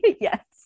Yes